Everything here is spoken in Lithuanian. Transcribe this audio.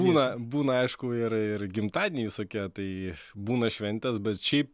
būna būna aišku ir ir gimtadieniai visokie tai būna šventės bet šiaip